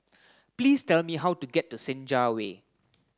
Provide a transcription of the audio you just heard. please tell me how to get to Senja Way